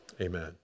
amen